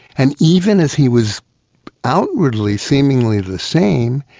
and even as he was outwardly seemingly the same,